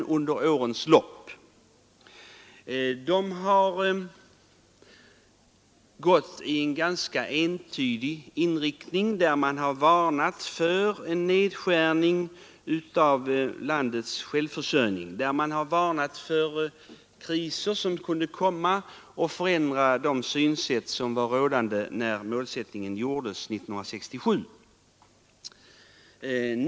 Dessa uppfattningar har haft en ganska entydig inriktning. Man har varnat för en nedskärning av landets självförsörjning och för kriser som kunde komma att förändra de synsätt som var rådande vid målsättningen 1967.